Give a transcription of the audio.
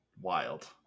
Wild